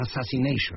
assassination